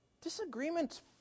disagreement's